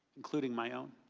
including my own.